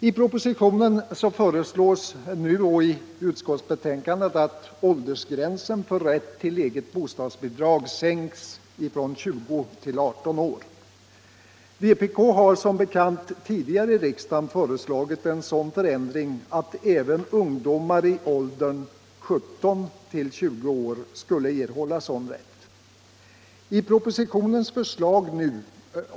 I propositionen och i utskottsbetänkandet föreslås nu att åldersgränsen för rätt till eget bostadsbidrag sänks från 20 till 18 år. Vpk har som bekant tidigare i riksdagen föreslagit en sådan förändring att även ungdomar i åldern 17-20 år skulle erhålla sådan rätt.